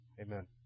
Amen